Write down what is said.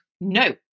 No